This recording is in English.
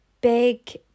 big